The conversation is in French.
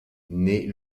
naît